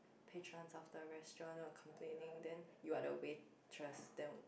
patrons of the restaurant were complaining then you are the waitress then